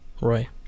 Roy